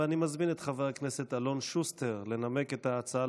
אני מזמין את חבר הכנסת אלון שוסטר לנמק את ההצעה